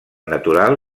natural